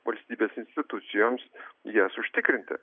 valstybės institucijoms jas užtikrinti